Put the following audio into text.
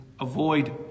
avoid